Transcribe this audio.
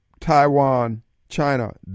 Taiwan-China